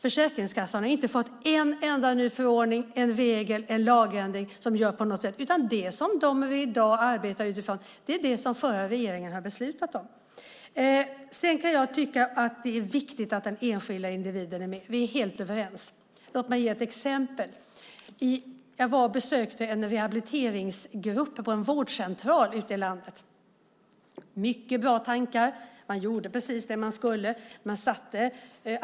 Försäkringskassan har inte en enda ny förordning, en regel eller en lagändring på något sätt. Det som den arbetar utifrån är vad den förra regeringen har beslutat om. Jag kan tycka att det är viktigt att den enskilda individen kan påverka. Vi är helt överens om det. Låt mig ge ett exempel. Jag besökte en rehabiliteringsgrupp på en vårdcentral ute i landet. De hade många bra tankar. De gjorde precis det de skulle.